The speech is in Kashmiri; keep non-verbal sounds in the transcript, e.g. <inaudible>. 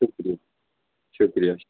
<unintelligible> شُکریہ